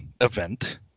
event